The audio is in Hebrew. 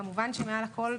כמובן שמעל הכל,